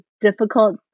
difficult